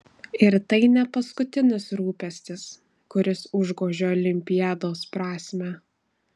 ir tai ne paskutinis rūpestis kuris užgožia olimpiados prasmę